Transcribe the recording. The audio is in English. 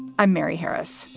i'm mary harris.